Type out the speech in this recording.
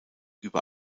über